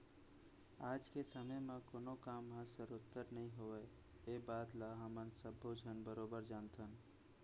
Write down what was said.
आज के समे म कोनों काम ह सरोत्तर नइ होवय ए बात ल हमन सब्बो झन बरोबर जानथन